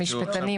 המשפטנים,